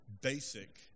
basic